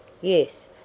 Yes